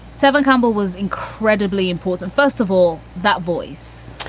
seven, campbell was incredibly important. first of all, that voice.